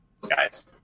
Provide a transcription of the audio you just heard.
guys